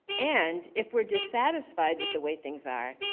and if we're dissatisfied with the way things are,